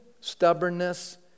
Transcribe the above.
stubbornness